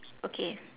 okay